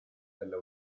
della